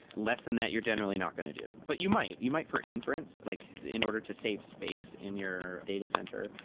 lesson that you're generally not going to do, but you might. you might for inference, like in order to save space in your data center,